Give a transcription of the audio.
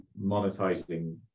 monetizing